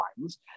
lines